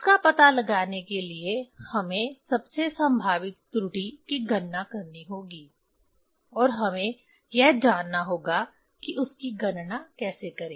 उसका पता लगाने के लिए हमें सबसे संभावित त्रुटि की गणना करनी होगी और हमें यह जानना होगा कि उसकी गणना कैसे करें